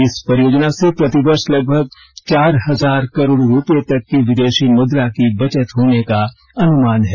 इस परियोजना से प्रतिवर्ष लगभग चार हजार करोड़ रुपये तक की विदेशी मुद्रा की बचत होने का अनुमान है